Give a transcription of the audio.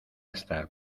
estar